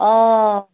অঁ